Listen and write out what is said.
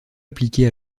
appliqué